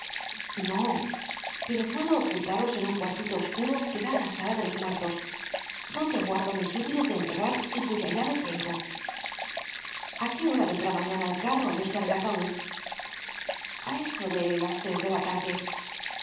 no pero puedo ocultaros en un cuartito oscuro que da á la sala de los muertos donde guardo mis útiles de enterrar y cuya llave tengo a qué hora vendrá mañana el carro á buscar el ataud a eso de las tres de la tarde